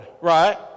right